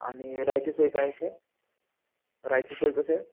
आणि राहायची सोय काय असेल राहायचे सोय कशी आहे